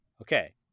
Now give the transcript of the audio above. Okay